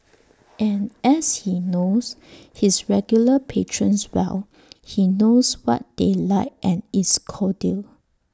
and as he knows his regular patrons well he knows what they like and is cordial